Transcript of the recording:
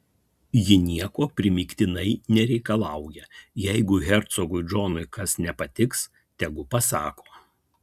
ji nieko primygtinai nereikalauja jeigu hercogui džonui kas nepatiks tegu pasako